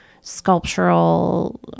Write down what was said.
sculptural